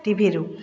ଟିଭିରୁ